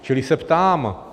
Čili se ptám: